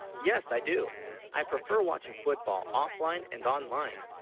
yes i do i prefer watching, football offline and online,